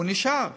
הוא נשאר.